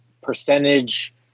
percentage